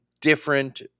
different